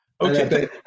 Okay